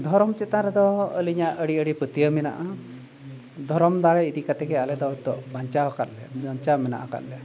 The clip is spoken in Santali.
ᱫᱷᱚᱨᱚᱢ ᱪᱮᱛᱟᱱ ᱨᱮᱫᱚ ᱟᱹᱞᱤᱧᱟᱜ ᱟᱹᱰᱤ ᱟᱹᱰᱤ ᱯᱟᱹᱛᱭᱟᱹᱣ ᱢᱮᱱᱟᱜᱼᱟ ᱫᱷᱚᱨᱚᱢ ᱫᱟᱲᱮ ᱤᱫᱤ ᱠᱟᱛᱮᱫ ᱜᱮ ᱟᱞᱮ ᱫᱚ ᱱᱤᱛᱳᱜ ᱵᱟᱧᱪᱟᱣ ᱠᱟᱫ ᱞᱮᱭᱟ ᱵᱟᱧᱪᱟᱣ ᱢᱮᱱᱟᱜ ᱟᱠᱟᱫ ᱞᱮᱭᱟ